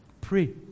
Pray